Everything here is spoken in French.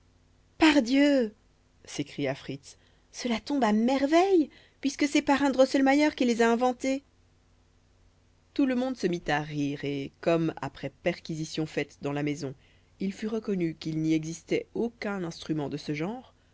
pardieu s'écria fritz cela tombe à merveille puisque c'est parrain drosselmayer qui les a inventées toute le monde se mit à rire et comme après perquisitions faites dans la maison il fut reconnu qu'il n'y existait aucun instrument de ce genre